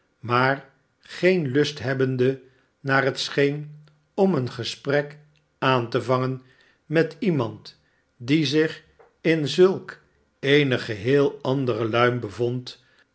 maar geen lust hebbende naar het scheen om een gesprek aan te vangen met iemand die zich in zulk eene geheel andere luim bevond